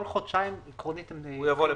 כל חודשיים צריך להביא צו.